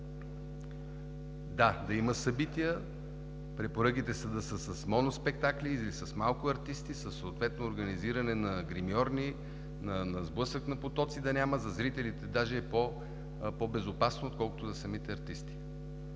да има събития, а препоръките са: да са моноспектакли или с малко артисти със съответно организиране на гримьорни, сблъсък на потоци да няма – за зрителите даже е по-безопасно, отколкото за самите артисти.